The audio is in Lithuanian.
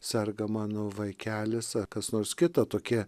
serga mano vaikelis ar kas nors kita tokie